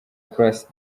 croix